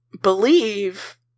believe